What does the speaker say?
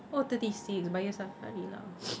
oh thirty six baya safari lah